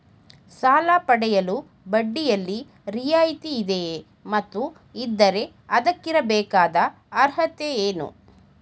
ಸಾಲ ಪಡೆಯಲು ಬಡ್ಡಿಯಲ್ಲಿ ರಿಯಾಯಿತಿ ಇದೆಯೇ ಮತ್ತು ಇದ್ದರೆ ಅದಕ್ಕಿರಬೇಕಾದ ಅರ್ಹತೆ ಏನು?